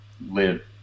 live